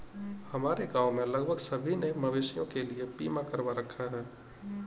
हमारे गांव में लगभग सभी ने मवेशियों के लिए बीमा करवा रखा है